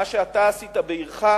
מה שאתה עשית בעירך.